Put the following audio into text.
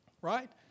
right